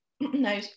no